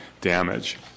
damage